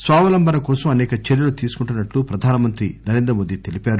స్వావలంబన కోసం అసేక చర్యలు తీసుకుంటున్నట్లు ప్రధానమంత్రి నరేంద్రమోదీ తెలిపారు